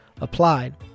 applied